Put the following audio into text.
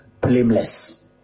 blameless